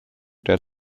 der